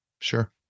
Sure